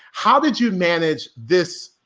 how did you manage this,